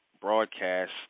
broadcast